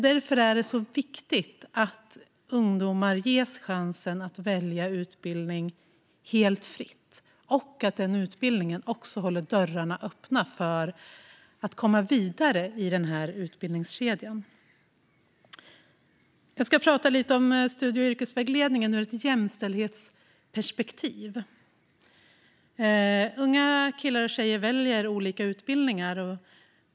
Därför är det så viktigt att ungdomar ges chans att välja utbildning helt fritt, och att den utbildningen också håller dörrarna öppna för att komma vidare i utbildningskedjan. Jag ska prata lite om studie och yrkesvägledningen ur ett jämställdhetsperspektiv. Unga killar och tjejer väljer olika utbildningar.